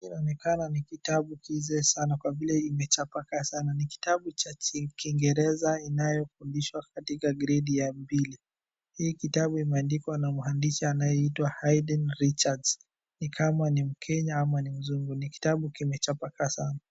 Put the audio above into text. Hii inaonekana ni kitabu kizee sana kwa vile imechapakaa sana. Ni kitabu cha kingereza inayofundishwa katika gredi ya pili. Hii kitabu imeandikwa na mhandisi anayeitwa Haydn Richards, ni kama ni mKenya ama ni mzungu. Ni kitabu kimechapakaa sana.